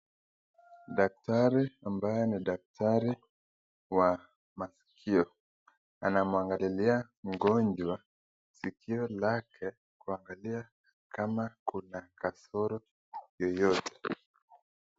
Daktari ambaye ni daktari wa masikio anamwangalilia mgonjwa sikio lake kuangalia kama kuna kasoro yoyote.